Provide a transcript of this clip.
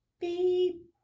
beep